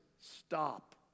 stop